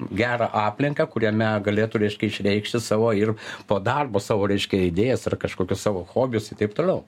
gerą aplinką kuriame galėtų reiškia išreikšti savo ir po darbo savo reiškia idėjas ar kažkokius savo hobius i taip toliau